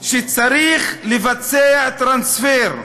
שצריך לבצע טרנספר,